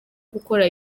gukora